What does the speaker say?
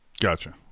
Gotcha